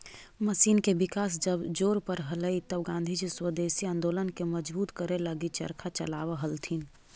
machine के विकास जब जोर पर हलई तब गाँधीजी स्वदेशी आंदोलन के मजबूत करे लगी चरखा चलावऽ हलथिन